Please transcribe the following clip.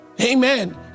Amen